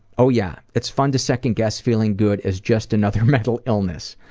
oh yeah, it's fun to second-guess feeling good as just another mental illness.